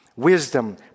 Wisdom